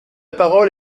parole